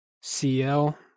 CL